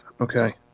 Okay